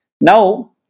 now